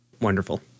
Wonderful